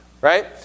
Right